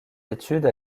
études